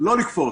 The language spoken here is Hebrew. לא לקפוץ.